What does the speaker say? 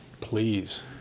Please